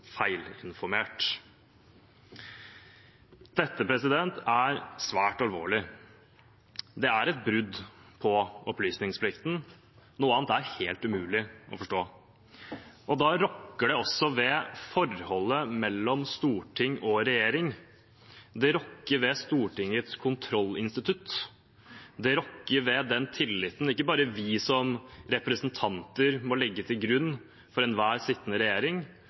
feilinformert. Dette er svært alvorlig. Det er et brudd på opplysningsplikten. Noe annet er helt umulig å forstå. Da rokker det også ved forholdet mellom storting og regjering, det rokker ved Stortingets kontrollinstitutt. Det rokker ikke bare ved den tilliten vi som representanter må legge til grunn overfor enhver sittende regjering,